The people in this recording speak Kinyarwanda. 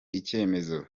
icyemezo